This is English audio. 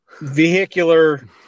vehicular